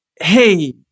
Hey